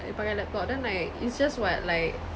like you pakai laptop then like it's just what like